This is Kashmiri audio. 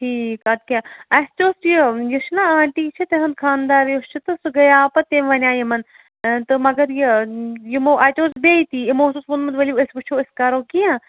ٹھیٖک اَدٕ کیٛاہ اَسہِ تہِ اوس یہِ یہِ چھُنا آنٹی یہِ چھِ تِہٕنٛدۍ خاندار یُس چھُ تہٕ سُہ گٔیاو پَتہٕ تٔمۍ وَنیٛاے یِمَن تہٕ مگر یہِ یِمو اَتہِ اوس بیٚیہِ تی یِمو اوسُس ووٚنمُت ؤلِو أسۍ وُچھو أسۍ کَرو کیٚنٛہہ